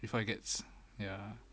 before it gets ya